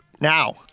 now